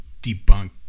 debunk